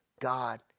God